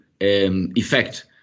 effect